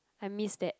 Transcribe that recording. I miss that